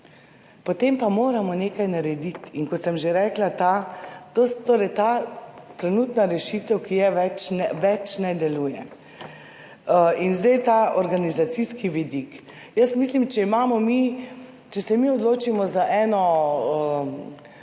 Potem pa moramo nekaj narediti. In kot sem že rekla, ta trenutna rešitev, ki je, več ne deluje. In zdaj ta organizacijski vidik. Jaz mislim, če se mi odločimo za eno